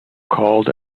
called